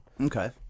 Okay